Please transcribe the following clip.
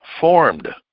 formed